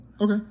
Okay